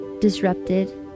disrupted